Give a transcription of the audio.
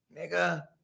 nigga